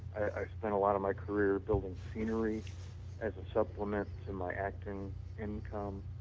i spent a lot of my career building sceneries as a supplement to my acting income